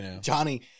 Johnny